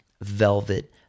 velvet